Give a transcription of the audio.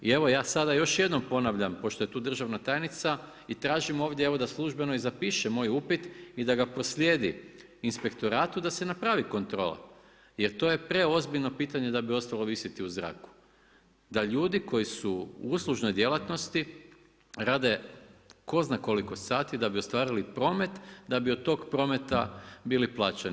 I evo ja sada još jednom ponavljam pošto je tu državna tajnica i tražim ovdje evo da službeno i zapiše moj upit i da ga proslijedi inspektoratu da se napravi kontrola jer to je preozbiljno pitanje da bi ostalo visiti u zraku, da ljudi koji su u uslužnoj djelatnosti rade tko zna koliko sati da bi ostvarili promet, da bi od tog prometa bili plaćeni.